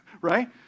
right